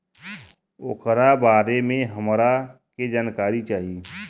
ओकरा बारे मे हमरा के जानकारी चाही?